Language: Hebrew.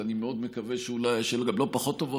אני מאוד מקווה שהן גם לא פחות טובות,